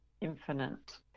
infinite